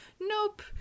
nope